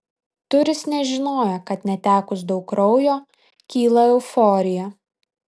turis nežinojo kad netekus daug kraujo kyla euforija